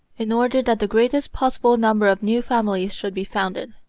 in order that the greatest possible number of new families should be founded.